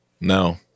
no